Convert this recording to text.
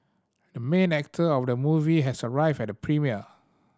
the main actor of the movie has arrived at the premiere